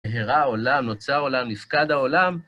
נהרה עולם, נוצר עולם, נפקד העולם.